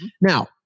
Now